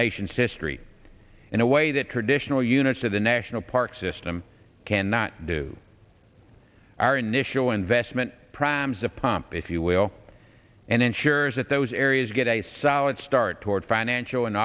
nation's history in a way that traditional units of the national park system cannot do our initial investment problems a pump if you will and ensures that those areas get a solid start toward financial an